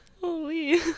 Holy